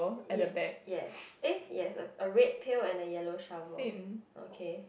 yeah yes eh yes a a red pail and a yellow shovel okay